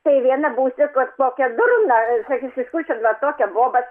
tai viena būsiu kaip kokia durna sakys iš kur čia va tokia boba